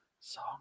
song